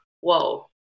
whoa